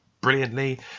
brilliantly